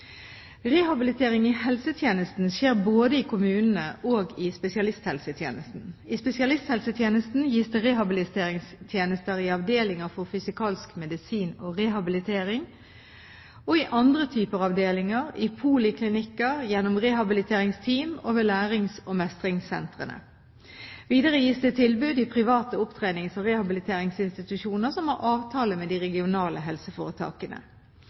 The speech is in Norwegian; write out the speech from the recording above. Rehabilitering i helsetjenesten skjer både i kommunene og i spesialisthelsetjenesten. I spesialisthelsetjenesten gis det rehabiliteringstjenester i avdelinger for fysikalsk medisin og rehabilitering og i andre typer avdelinger, i poliklinikker, gjennom rehabiliteringsteam og ved lærings- og mestringssentre. Videre gis det tilbud i private opptrenings- og rehabiliteringsinstitusjoner som har avtale med de regionale helseforetakene.